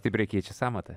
tipriai keičia sąmatą